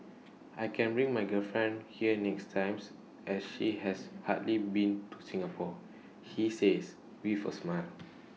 I can bring my girlfriend here next times as she has hardly been to Singapore he says with A smile